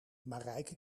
marijke